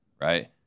right